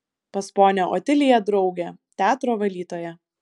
pas ponią otiliją draugė teatro valytoja